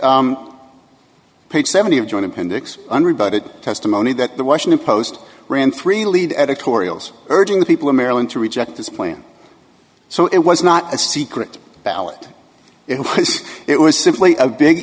page seventy of joining appendix unrebutted testimony that the washington post ran three lead editorials urging the people of maryland to reject this plan so it was not a secret ballot if it was